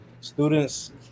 students